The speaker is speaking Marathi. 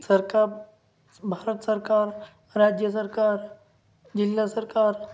सरकार भारत सरकार राज्य सरकार जिल्हा सरकार